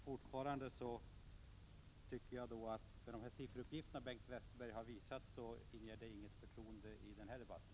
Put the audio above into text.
Fortfarande tycker jag att de sifferuppgifter som Bengt Westerberg lämnade inte inger något förtroende i den här debatten.